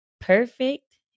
Perfect